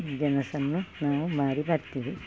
ಗೆಣಸನ್ನು ನಾವು ಮಾರಿ ಬರ್ತೇವೆ